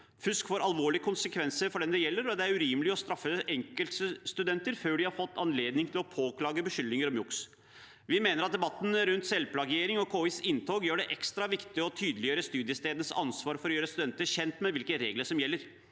Fusk får alvorlige konsekvenser for den det gjelder, og det er urimelig å straffe enkeltstudenter før de har fått anledning til å påklage beskyldninger om juks. Vi mener at debatten rundt selvplagiering og KIs inntog gjør det ekstra viktig å tydeliggjøre studiestedenes ansvar for å gjøre studentene kjent med hvilke regler som gjelder,